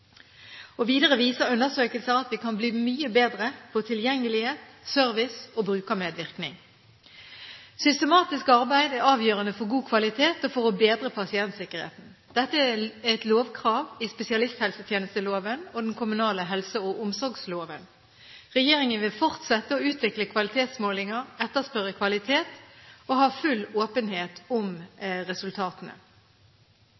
2010. Videre viser undersøkelser at vi kan bli mye bedre på tilgjengelighet, service og brukermedvirkning. Systematisk arbeid er avgjørende for god kvalitet og for å bedre pasientsikkerheten. Dette er et lovkrav i spesialisthelsetjenesteloven og den kommunale helse- og omsorgsloven. Regjeringen vil fortsette å utvikle kvalitetsmålinger, etterspørre kvalitet og ha full åpenhet om